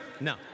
No